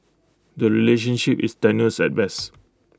the relationship is tenuous at best